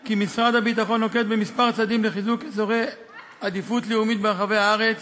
כי משרד הביטחון נוקט כמה צעדים לחיזוק אזורי עדיפות לאומית ברחבי הארץ